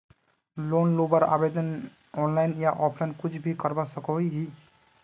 Loan लुबार आवेदन online या ऑफलाइन कुछ भी करवा सकोहो ही?